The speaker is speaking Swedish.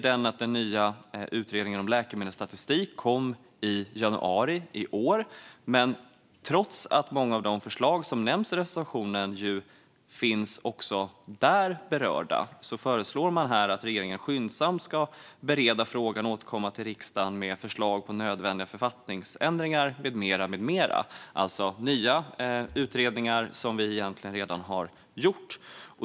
Den nya utredningen om läkemedelsstatistik kom i januari i år, men trots att många av de förslag som nämns i reservationen också berörs där föreslår man i reservationen att regeringen skyndsamt ska bereda frågan och återkomma till riksdagen med förslag på nödvändiga författningsändringar med mera - alltså nya utredningar som vi egentligen redan har gjort.